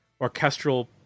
orchestral